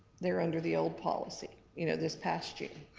they're under the old policy you know this past year.